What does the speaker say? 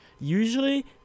usually